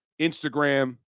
Instagram